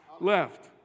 left